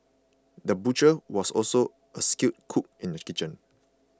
the butcher was also a skilled cook in the kitchen